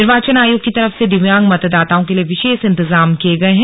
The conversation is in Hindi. निर्वाचन आयोग की तरफ से दिव्यांग मतदाताओं के लिए विशेष इतजाम किये गए हैं